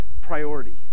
priority